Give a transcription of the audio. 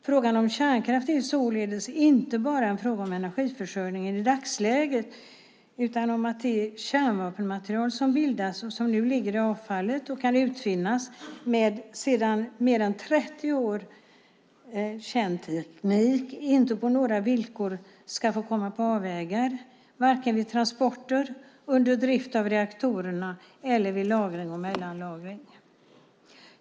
Frågan om kärnkraft är således inte bara en fråga om energiförsörjningen i dagsläget, utan om att det kärnvapenmaterial som bildas och som nu ligger i avfallet och kan utvinnas med mer än 30 år känd teknik inte på några villkor ska få komma på avvägar, vare sig vid transporter, under drift av reaktorerna eller vid lagring och mellanlagring.